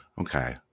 Okay